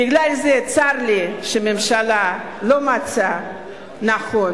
בגלל זה צר לי שהממשלה לא מצאה לנכון